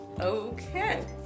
Okay